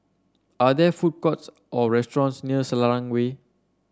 are there food courts or restaurants near Selarang Way